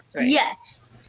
Yes